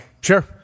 sure